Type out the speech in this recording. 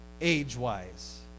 age-wise